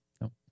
No